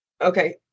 Okay